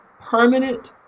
permanent